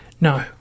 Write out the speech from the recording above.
No